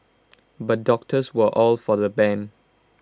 but doctors were all for the ban